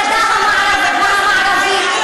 מהגדה המערבית,